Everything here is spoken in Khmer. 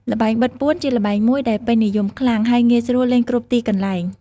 ល្បែងបិទពួន ជាល្បែងមួយដែលពេញនិយមខ្លាំង ហើយងាយស្រួលលេងគ្រប់ទីកន្លែង។